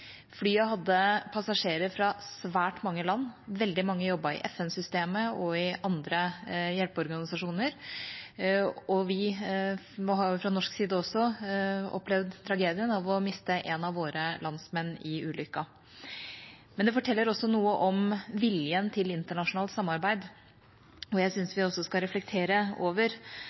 Flyet hadde passasjerer fra svært mange land. Veldig mange jobbet i FN-systemet og i andre hjelpeorganisasjoner. Fra norsk side har vi opplevd tragedien ved å miste en av våre landsmenn i ulykken. Det forteller også noe om viljen til internasjonalt samarbeid, og jeg syns vi skal reflektere over